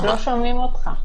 לא שומעים אותך.